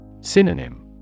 Synonym